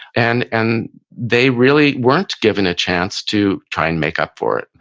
and and they really weren't given a chance to try and make up for it.